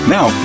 Now